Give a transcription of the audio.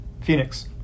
Phoenix